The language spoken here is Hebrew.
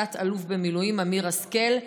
תת-אלוף במילואים אמיר השכל,